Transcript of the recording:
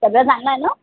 सगळं चांगलं आहे ना